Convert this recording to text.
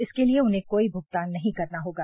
इसके लिए उन्हें कोई भुगतान नहीं करना होगा